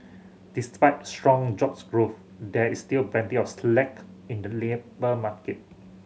despite strong jobs growth there is still plenty of slack in the labour market